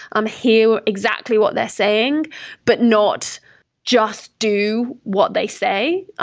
um hear exactly what they're saying but not just do what they say,